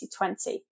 2020